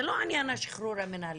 זה לא עניין השחרור המינהלי.